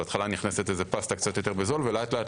בהתחלה נכנסת פסטה קצת יותר בזול ולאט-לאט